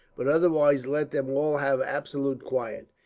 but otherwise let them all have absolute quiet.